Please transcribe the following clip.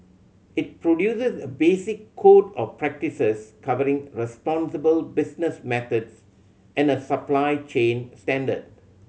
it produces a basic code of practices covering responsible business methods and a supply chain standard